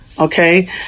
Okay